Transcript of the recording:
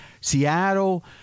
Seattle